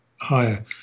higher